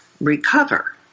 recover